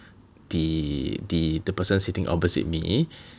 the the the person sitting opposite me